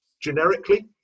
generically